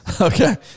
Okay